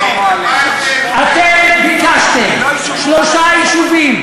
אתם ביקשתם שלושה יישובים,